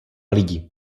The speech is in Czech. lidi